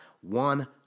one